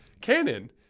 canon